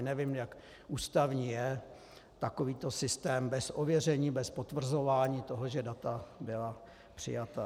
Nevím, jak ústavní je takovýto systém bez ověření, bez potvrzování toho, že data byla přijata.